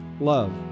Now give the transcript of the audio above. love